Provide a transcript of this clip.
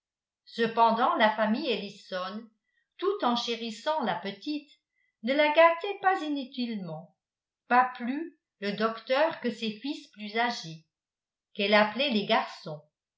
cependant la famille ellison tout en chérissant la petite ne la gâtait pas inutilement pas plus le docteur que ses fils plus âgés qu'elle appelait les garçons